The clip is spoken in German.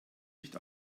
nicht